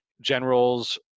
generals